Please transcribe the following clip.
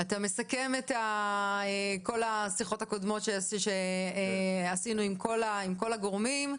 אתה מסכם את כל השיחות הקודמות שעשינו עם כל הגורמים.